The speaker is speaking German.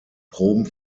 proben